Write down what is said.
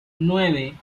nueve